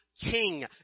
king